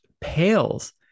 pales